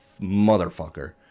motherfucker